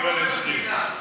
אצלי.